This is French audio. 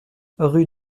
rue